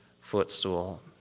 footstool